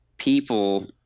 People